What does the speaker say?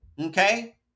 okay